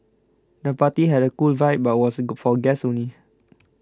the party had cool vibe but was single for guests only